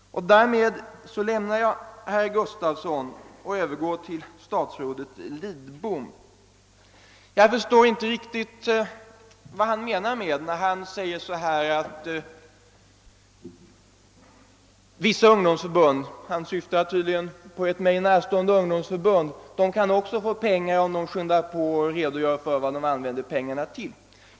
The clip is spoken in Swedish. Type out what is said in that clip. Därmed lämnar jag herr Gustavsson och övergår till statsrådet Lidbom. Jag förstår inte riktigt vad statsrådet menar, när han säger att vissa ungdomsförbund — han syftar tydligen på ett mig närstående förbund — också kan få pengar, om det skyndar på med att redogöra för vad pengarna används till.